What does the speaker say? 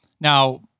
Now